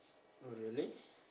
oh really